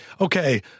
okay